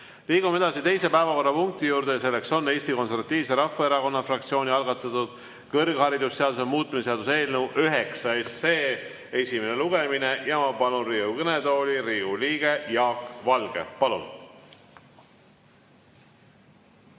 Liigume teise päevakorrapunkti juurde. Selleks on Eesti Konservatiivse Rahvaerakonna fraktsiooni algatatud kõrgharidusseaduse muutmise seaduse eelnõu 9 esimene lugemine. Ma palun Riigikogu kõnetooli Riigikogu liikme Jaak Valge. Palun!